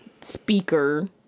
speaker